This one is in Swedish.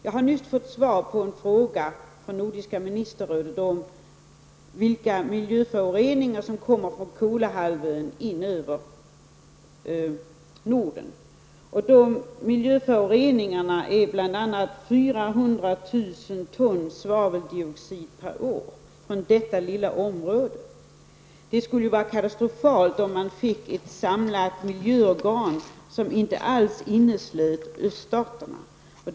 Jag har nyss fått svar på en fråga från Nordiska ministerrådet om vilka miljöföroreningar från Kolahalvön som kommer in över Norden. Från detta lilla område kommer bl.a. 400 000 ton svaveldioxid per år. Det skulle vara katastrofalt om vi fick ett samlat miljöorgan som inte inneslöt öststaterna.